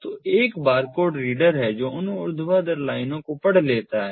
तो एक barcode reader है जो उन ऊर्ध्वाधर लाइनों को पढ़ सकता है